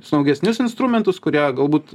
saugesnius instrumentus kurie galbūt